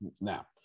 now